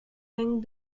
link